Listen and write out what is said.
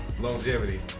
Longevity